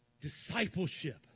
discipleship